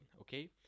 Okay